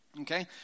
Okay